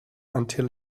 until